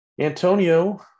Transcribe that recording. Antonio